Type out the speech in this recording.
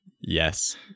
Yes